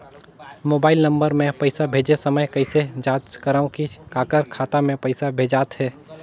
Mobile number मे पइसा भेजे समय कइसे जांच करव की काकर खाता मे पइसा भेजात हे?